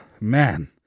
man